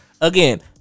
again –